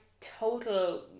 total